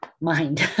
mind